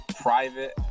private